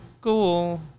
cool